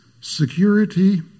security